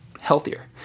healthier